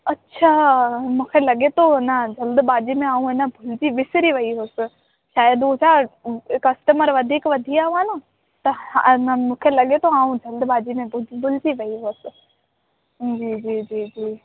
अच्छा मूंखे लॻे थो न जल्दबाज़ी में आउं हा न भुलजी विसिरी वेई हुअसि शायदि हू छा कस्टमर वधीक वधी विया हुआ न त हा न मूंखे लॻे थो आउं जल्दबाज़ी में भु भुलजी वेई हुअसि जी जी जी जी